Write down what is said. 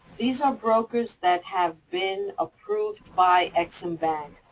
these are brokers that have been approved by ex-im bank,